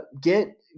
get